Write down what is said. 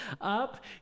up